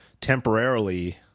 temporarily